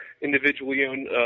individually-owned